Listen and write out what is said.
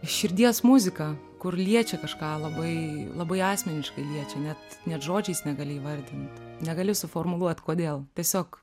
širdies muzika kur liečia kažką labai labai asmeniškai liečia net net žodžiais negali įvardint negali suformuluot kodėl tiesiog